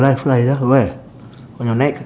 life line ah where on your neck